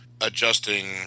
adjusting